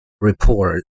report